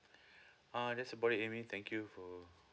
uh that's about it amy thank you for